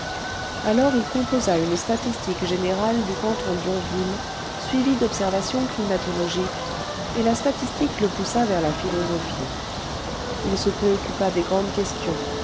alors il composa une statistique générale du canton d'yonville suivie d'observations climatologiques et la statistique le poussa vers la philosophie il se préoccupa des grandes questions